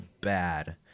bad